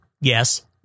yes